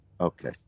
Okay